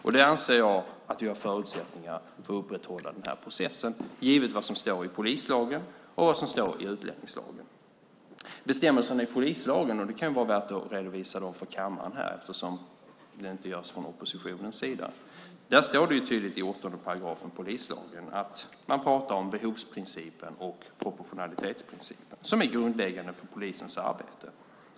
Jag anser att vi har förutsättningar att upprätthålla det i processen givet vad som står i polislagen och i utlänningslagen. Det kan vara värt att redovisa bestämmelserna i polislagen för kammaren eftersom det inte görs från oppositionens sida. Det står tydligt i 8 § polislagen om behovsprincipen och proportionalitetsprincipen som gäller för polisens arbete.